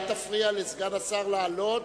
אל תפריע לסגן השר לעלות,